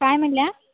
काय म्हणाल्या